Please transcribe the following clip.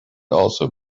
also